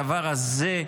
הדבר הזה,